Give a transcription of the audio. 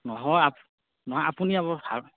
নহয় নহয় আপুনি